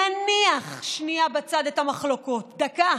להניח שנייה בצד את המחלוקות, דקה.